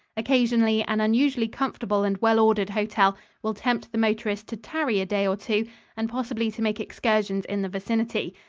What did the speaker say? occasionally an unusually comfortable and well-ordered hotel will tempt the motorist to tarry a day or two and possibly to make excursions in the vicinity.